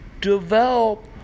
Develop